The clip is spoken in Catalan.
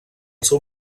seu